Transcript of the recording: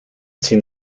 sin